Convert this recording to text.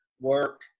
work